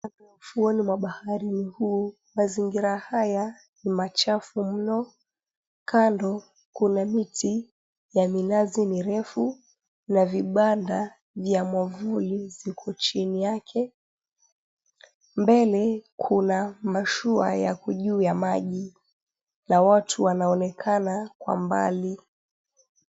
Ufuoni mwa bahari ni huu. Mazingira haya ni machafu mno. Kando kuna miti ya minazi mirefu na vibanda vya mwavuli ziko chini yake. Mbele kuna mashua yako juu ya maji na watu wanaonekana kwa mbali.